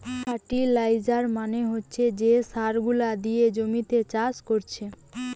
fertiliser মানে হচ্ছে যে সার গুলা দিয়ে জমিতে চাষ কোরছে